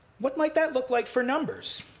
what might that look like for numbers?